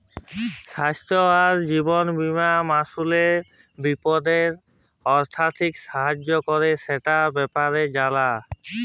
স্বাইস্থ্য আর জীবল বীমা মালুসের বিপদে আথ্থিক সাহায্য ক্যরে, সেটর ব্যাপারে জালা